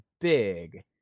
big